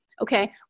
okay